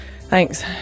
Thanks